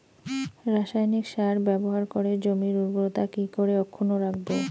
রাসায়নিক সার ব্যবহার করে জমির উর্বরতা কি করে অক্ষুণ্ন রাখবো